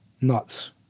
Nuts